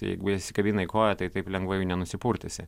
jeigu jie įsikabina į koją tai taip lengvai jų nenusipurtysi